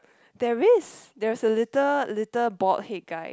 there is there is a little little bald head guy